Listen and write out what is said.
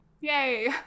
Yay